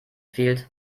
fehlt